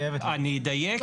אני אדייק,